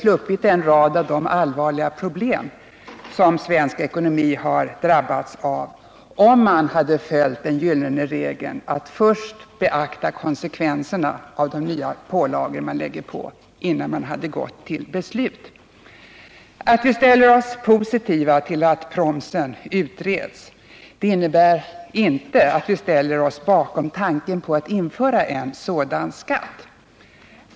sluppit en rad av de allvarliga problem som svensk ekonomi drabbats av, om man hade följt den gyllene regeln att först beakta konsekvenserna av de nya pålagorna innan man hade gått till beslut. Att vi ställer oss positiva till att promsen utreds innebär inte att vi ställer oss bakom tanken på att införa en sådan skatt.